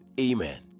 amen